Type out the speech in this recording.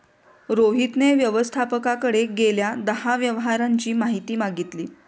रोहितने व्यवस्थापकाकडे गेल्या दहा व्यवहारांची माहिती मागितली